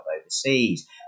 overseas